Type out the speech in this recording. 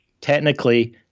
Technically